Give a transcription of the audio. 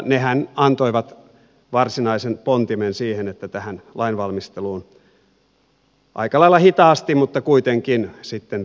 nehän antoivat varsinaisen pontimen siihen että tähän lainvalmisteluun aika lailla hitaasti mutta kuitenkin sitten ryhdyttiin